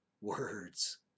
words